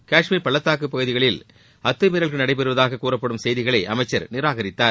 காஷ்மீர் பள்ளத்தாக்கு பகுதிகளில் அத்துமீறல்கள் நடைபெறுவதாக கூறப்படும் செய்திகளை அமைச்சா் நிராகரித்தார்